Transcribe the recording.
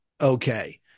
okay